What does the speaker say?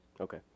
Okay